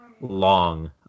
long